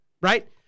right